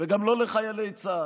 וגם לא לחיילי צה"ל.